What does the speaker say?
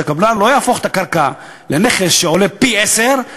שהקבלן לא יהפוך את הקרקע לנכס שעולה פי-עשרה,